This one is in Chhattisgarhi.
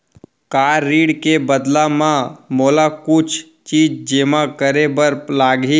का ऋण के बदला म मोला कुछ चीज जेमा करे बर लागही?